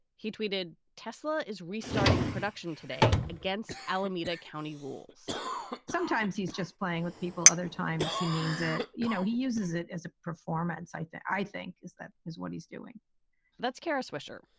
he tweeted, tesla is restarting production today against alameda county rules sometimes he's just playing with people. other times he means it. you know, he uses it as a performance site that i think is that is what he's doing that's kara swisher,